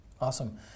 Awesome